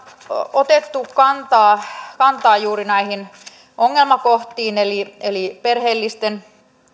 otettu kantaa kantaa juuri näihin ongelmakohtiin eli eli perheellisten